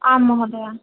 आं महोदय